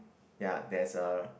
ya there's a